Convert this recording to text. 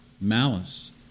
malice